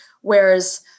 Whereas